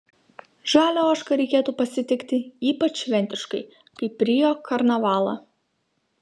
žalią ožką reikėtų pasitikti ypač šventiškai kaip rio karnavalą